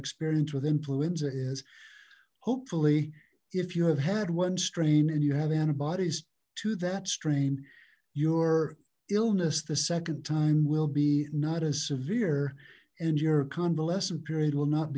experience with influenza is hopefully if you have had one strain and you have antibodies to that strain your illness the second time will be not as severe and your convalescent period will not